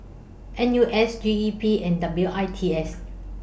N U S G E P and W I T S